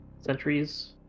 Centuries